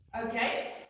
okay